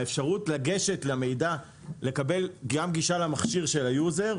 האפשרות לגשת למידע ולקבל גם גישה למכשיר של ה"יוזר".